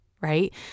right